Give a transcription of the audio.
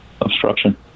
obstruction